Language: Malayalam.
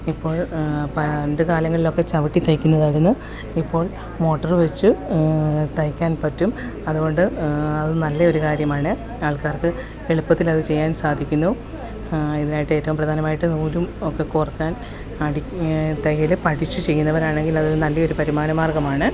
ഇപ്പോൾ പണ്ട് കാലങ്ങളിൽ ഒക്കെ ചവിട്ടി തയ്ക്കുന്നത് ആയിരുന്നു ഇപ്പോൾ മോട്ടർ വെച്ച് തയ്ക്കാൻ പറ്റും അതുകൊണ്ട് അത് നല്ല ഒരു കാര്യമാണ് ആൾക്കാർക്ക് എളുപ്പത്തിലത് ചെയ്യാൻ സാധിക്കുന്നു ഇതിനായിട്ട് ഏറ്റവും പ്രധാനമായിട്ട് നൂലും ഒക്കെ കോർക്കാൻ പഠി തയ്യൽ പഠിച്ച് ചെയ്യുന്നവരാണെങ്കിൽ അത് നല്ല ഒരു വരുമാന മാർഗ്ഗമാണ്